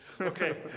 Okay